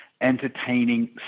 entertaining